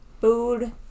food